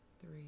three